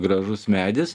gražus medis